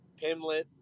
Pimlet